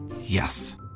Yes